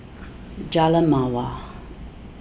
Jalan Mawar